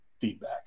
feedback